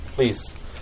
Please